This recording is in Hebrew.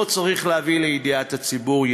לא צריך להביא לידיעת הציבור,